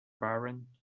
baron